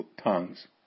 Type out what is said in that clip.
tongues